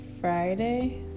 Friday